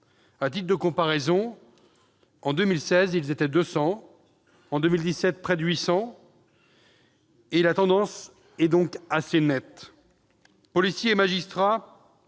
À titre de comparaison, en 2016, ils étaient 200 ; en 2017, environ 800. La tendance est donc assez nette.